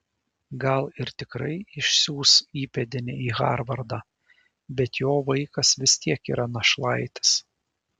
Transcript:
gal ir tikrai išsiųs įpėdinį į harvardą bet jo vaikas vis tiek yra našlaitis